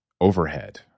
overhead